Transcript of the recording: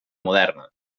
moderna